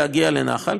להגיע לנחל,